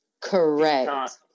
correct